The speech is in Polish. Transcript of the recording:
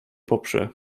poprze